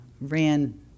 ran